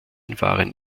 waren